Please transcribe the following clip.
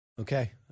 Okay